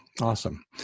Awesome